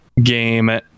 game